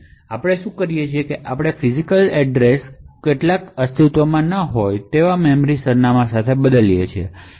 તે હા છે અને આપણે શું કરીએ છીએ કે આપણે ફિજિકલસરનામાંને કેટલાક અસ્તિત્વમાં ન હોય તેવા મેમરી સરનામાં સાથે બદલીએ છીએ